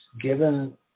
given